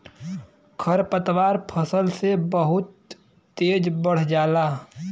खरपतवार फसल से बहुत तेज बढ़ जाला